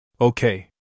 Okay